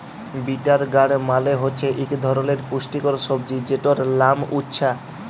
bitter গাড় মালে হছে ইক ধরলের পুষ্টিকর সবজি যেটর লাম উছ্যা